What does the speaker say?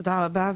תודה רבה.